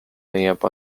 leiab